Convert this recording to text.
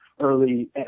early